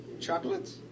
Chocolates